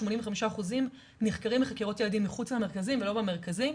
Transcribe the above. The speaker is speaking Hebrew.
85% נחקרים בחקירות ילדים מחוץ למרכזים ולא במרכזים.